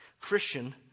Christian